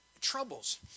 troubles